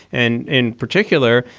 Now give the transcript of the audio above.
and in particular,